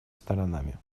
сторонами